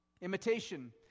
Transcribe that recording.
Imitation